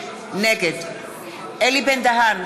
נגד אלי בן-דהן,